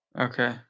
Okay